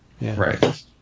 Right